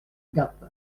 gap